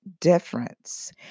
difference